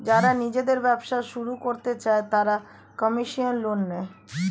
যারা নিজেদের ব্যবসা শুরু করতে চায় তারা কমার্শিয়াল লোন নেয়